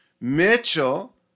Mitchell